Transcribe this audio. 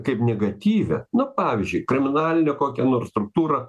kaip negatyvią nu pavyzdžiui kriminalinio kokia nors struktūrą